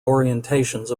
orientations